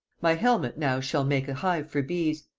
my helmet now shall make a hive for bees,